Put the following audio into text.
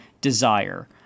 desire